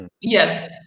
yes